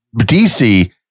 dc